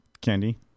candy